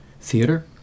theater